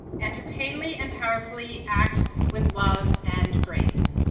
and to plainly and powerfully act with love and grace.